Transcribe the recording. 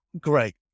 great